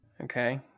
Okay